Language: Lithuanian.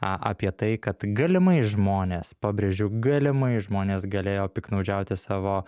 a apie tai kad galimai žmonės pabrėžiu galimai žmonės galėjo piktnaudžiauti savo